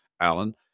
Alan